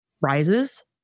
rises